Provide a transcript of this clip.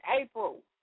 April